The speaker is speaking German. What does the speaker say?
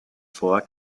vor